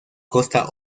costa